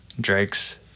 Drake's